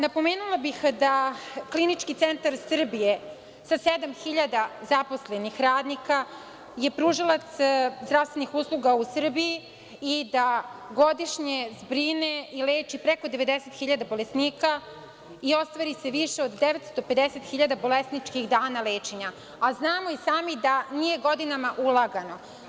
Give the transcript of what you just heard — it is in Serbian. Napomenula bih da Klinički centar Srbije, sa sedam hiljada zaposlenih radnika, je pružalac zdravstvenih usluga u Srbiji i da godišnje zbrine i leči preko 90 hiljada bolesnika i ostvari se više od 950 hiljada bolesničkih dana lečenja, a znamo i sami da nije godinama ulagano.